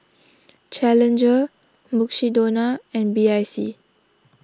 Challenger Mukshidonna and B I C